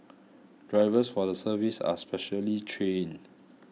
drivers for the service are specially trained